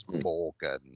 morgan